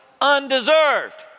undeserved